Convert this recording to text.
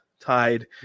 Tied